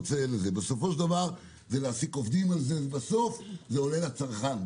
בסופו של דבר זה להעסיק עובדים בזה ובסוף זה עולה לצרכן.